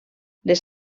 les